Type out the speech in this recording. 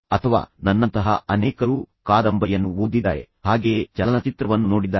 ಅಥವಾ ನನ್ನಂತಹ ಅನೇಕರು ಕಾದಂಬರಿಯನ್ನು ಓದಿದ್ದಾರೆ ಹಾಗೆಯೇ ಚಲನಚಿತ್ರವನ್ನು ನೋಡಿದ್ದಾರೆ